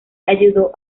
ayudó